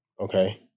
Okay